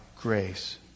grace